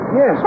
Yes